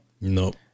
Nope